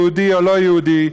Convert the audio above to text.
יהודי או לא יהודי,